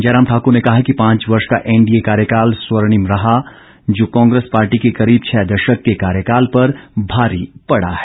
जयराम ठाक्र ने कहा कि पांच वर्ष का एनडीए कार्यकाल स्वर्णिम रहा है जो कांग्रेस पार्टी के करीब छः दशक के कार्यकाल पर भारी पडा है